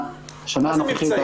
איזה מבצעים?